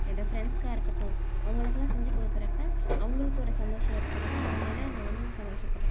என்னோட ஃப்ரெண்ட்ஸுக்காக இருக்கட்டும் அவங்களுக்கெல்லாம் செஞ்சு கொடுக்குறப்ப அவங்களுக்கும் ஒரு சந்தோஷம் ஏற்படுது அதனால் நானும் சந்தோஷப்பட்